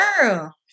Girl